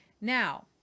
Now